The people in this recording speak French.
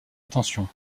attention